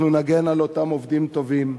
אנחנו נגן על אותם עובדים טובים.